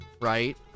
right